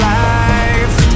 life